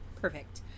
Perfect